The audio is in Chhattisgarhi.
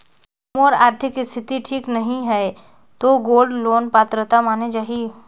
मोर आरथिक स्थिति ठीक नहीं है तो गोल्ड लोन पात्रता माने जाहि?